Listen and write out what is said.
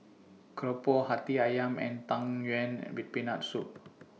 Keropok Hati Ayam and Tang Yuen with Peanut Soup